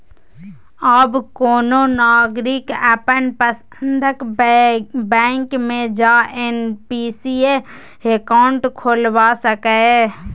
आब कोनो नागरिक अपन पसंदक बैंक मे जा एन.पी.एस अकाउंट खोलबा सकैए